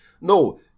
No